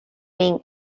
being